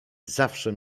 zawsze